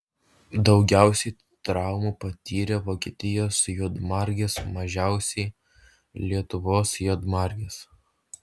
daugiausiai traumų patyrė vokietijos juodmargės mažiausiai lietuvos juodmargės